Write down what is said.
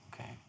Okay